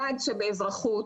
באזרחות,